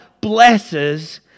blesses